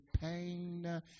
pain